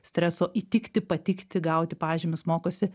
streso įtikti patikti gauti pažymius mokosi